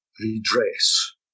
redress